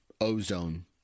ozone